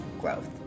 growth